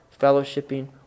fellowshipping